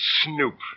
snoop